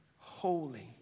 holy